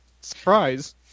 surprise